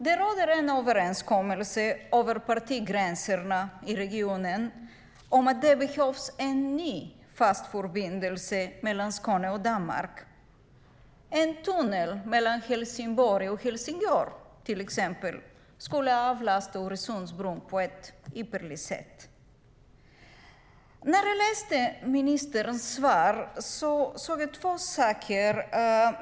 Det råder en överenskommelse över partigränserna i regionen om att det behövs en ny fast förbindelse mellan Skåne och Danmark. En tunnel mellan Helsingborg och Helsingör till exempel skulle avlasta Öresundsbron på ett ypperligt sätt. När jag läste ministerns svar såg jag två saker.